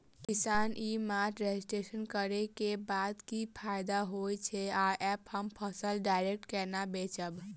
किसान e mart registration करै केँ बाद की फायदा होइ छै आ ऐप हम फसल डायरेक्ट केना बेचब?